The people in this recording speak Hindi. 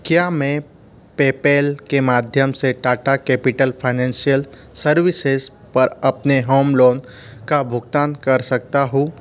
क्या मैं पेपैल के माध्यम से टाटा कैपिटल फाइनेंशियल सर्विसेज़ पर अपने होम लोन का भुगतान कर सकता हूँ